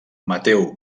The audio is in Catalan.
mateu